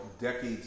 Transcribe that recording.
decades